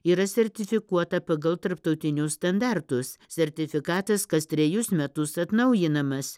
yra sertifikuota pagal tarptautinius standartus sertifikatas kas trejus metus atnaujinamas